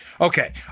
Okay